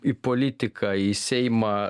į politiką į seimą